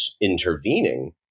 intervening